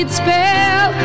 spell